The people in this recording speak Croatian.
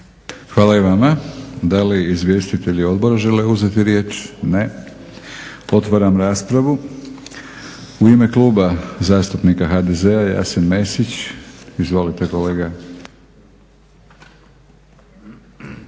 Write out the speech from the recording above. Hvala i vama. Da li izvjestitelji Odbora žele uzeti riječ? Ne. Otvaram raspravu. U ime Kluba zastupnika HDZ-a, Jasen Mesić. Izvolite kolega.